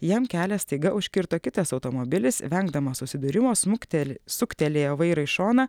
jam kelią staiga užkirto kitas automobilis vengdamas susidūrimo smukteli suktelėjo vairą į šoną